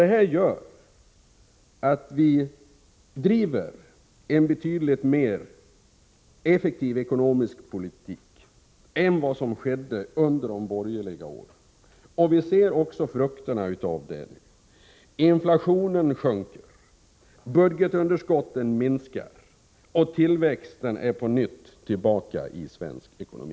Det gör att vi driver en betydligt mer effektiv ekonomisk politik än som skedde under de borgerliga åren. Vi ser också frukterna av detta. Inflationen sjunker, budgetunderskotten minskar och tillväxten är på nytt tillbaka i svensk ekonomi.